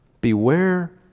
Beware